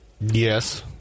Yes